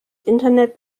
internet